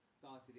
started